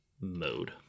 mode